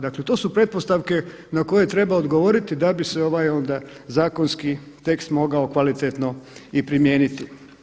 Dakle, to su pretpostavke na koje treba odgovoriti da bi se ovaj onda zakonski tekst mogao kvalitetno i primijeniti.